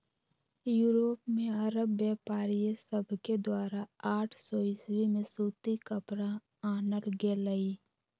Europe में अरब व्यापारिय सभके द्वारा आठ सौ ईसवी में सूती कपरा आनल गेलइ